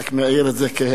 אני רק מעיר את זה כהערה.